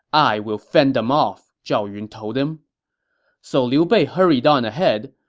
i will fend them off, zhao yun told him so liu bei hurried on ahead,